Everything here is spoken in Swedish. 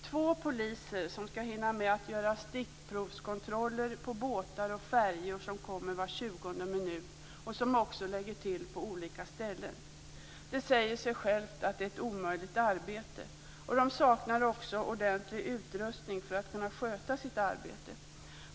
Två poliser skall hinna med att göra stickprovskontroller på båtar och färjor som kommer var 20:e minut och som också lägger till på olika ställen. Det säger sig självt att det är ett omöjligt arbete. De saknar också ordentlig utrustning för att kunna sköta sitt arbete.